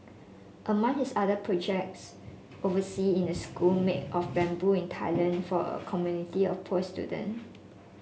among his other projects oversea in a school made of bamboo in Thailand for a community of poor student